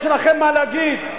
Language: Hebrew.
יש לכם מה להגיד?